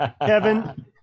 kevin